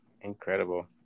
Incredible